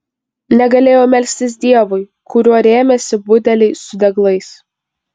negalėjau melstis dievui kuriuo rėmėsi budeliai su deglais